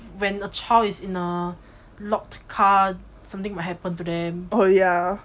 when a child is in a locked car something might happen to them